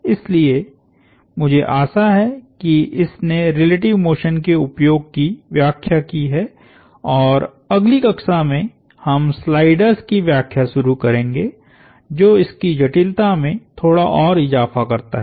इसलिए मुझे आशा है कि इसने रिलेटिव मोशन के उपयोग की व्याख्या की है और अगली कक्षा में हम स्लाइडर्स की व्याख्या शुरू करेंगे जो इसकी जटिलता में थोड़ा और इजाफा करता है